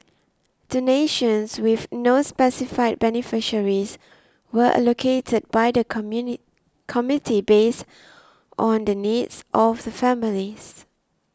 donations with no specified beneficiaries were allocated by the commune committee based on the needs of the families